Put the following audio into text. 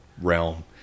realm